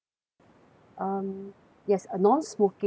um yes a non-smoking room